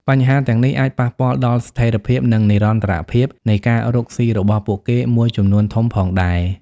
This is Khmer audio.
បញ្ហាទាំងនេះអាចប៉ះពាល់ដល់ស្ថិរភាព និងនិរន្តរភាពនៃការរកស៊ីរបស់ពួកគេមួយចំនួនធំផងដែរ ។